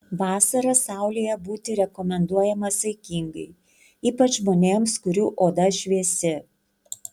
vasarą saulėje būti rekomenduojama saikingai ypač žmonėms kurių oda šviesi